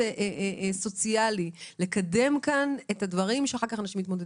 וסוציאלי וכדי לקדם את הדברים שצריך?